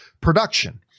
production